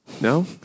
No